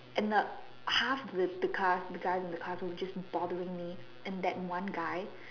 end up half the the class the guy in the class was just bothering me and that one guy